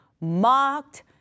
mocked